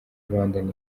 rwandan